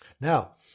now